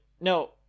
No